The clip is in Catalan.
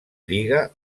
lliga